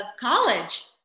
college